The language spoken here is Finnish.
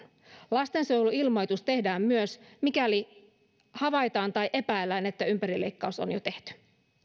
lastensuojeluilmoitus tehdään myös mikäli havaitaan tai epäillään että ympärileikkaus on jo tehty